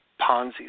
Ponzi